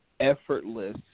effortless